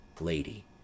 Lady